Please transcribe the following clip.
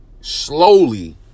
slowly